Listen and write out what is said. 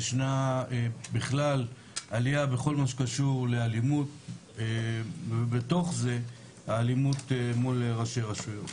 ישנה בכלל עליה בכל מה שקשור לאלימות ובתוך זה האלימות מול ראשי רשויות.